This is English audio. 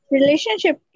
Relationship